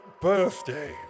birthday